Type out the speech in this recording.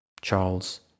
Charles